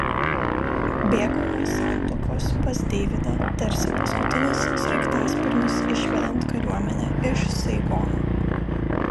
bėgau nuo santuokos pas deividą tarsi paskutinis sraigtasparnis išvedant kariuomenę iš saigono